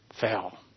fell